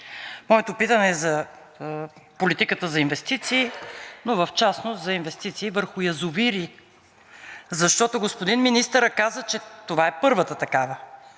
Моето питане е за политиката за инвестиции, но в частност за инвестиции върху язовири. Защото господин министърът каза, че това е първата такава,